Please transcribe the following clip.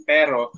Pero